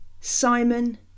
Simon